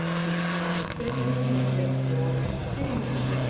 his father's bedroom was next door to the sitting-room.